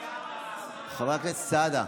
חבר הכנסת סעדה.